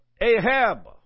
Ahab